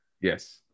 yes